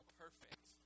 perfect